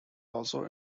also